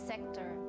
sector